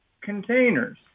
containers